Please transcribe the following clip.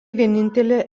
vienintelė